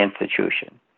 institution